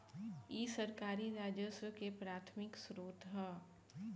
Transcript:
इ सरकारी राजस्व के प्राथमिक स्रोत ह